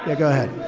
like go ahead.